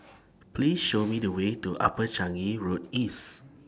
Please Show Me The Way to Upper Changi Road East